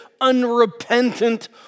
unrepentant